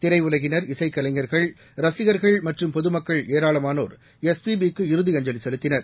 திரையுலகின் இசைக்கலைஞர்கள் ரசிகர்கள் மற்றும் பொதுமக்கள் ஏராளமானோர் எஸ்பிபி க்கு இறுதி அஞ்சலி செலுத்தினர்